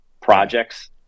projects